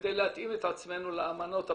כדי להתאים את עצמנו לאמנות הבין-לאומיות.